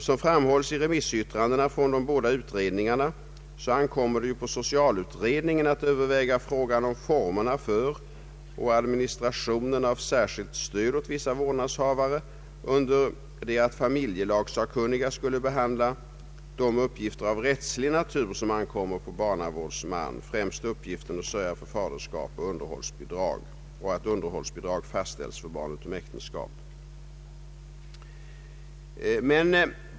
Som framhålles i remissyttrandena från de båda utredningarna ankommer det på socialutredningen att överväga frågan om formerna för och administrationen av särskilt stöd åt vissa vårdnadshavare, under det att familjelagssakkunniga skulle behandla de uppgifter av rättslig natur som ankommer på barnavårdsman, främst uppgiften att sörja för att faderskap och underhållsbidrag fastställs för barn utom äktenskap.